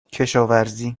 کشاورزی